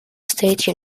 state